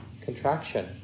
contraction